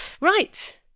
Right